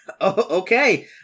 okay